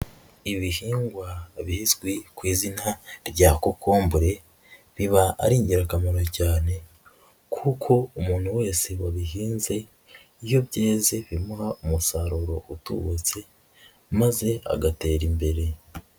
Ibihingwa bizwi ku izina rya kokombure biba ari ingirakamaro cyane, kuko umuntu wese wabihinze iyo byeze bimuha umusaruro utubutse maze agatera imbere.